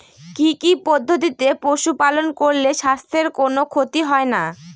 কি কি পদ্ধতিতে পশু পালন করলে স্বাস্থ্যের কোন ক্ষতি হয় না?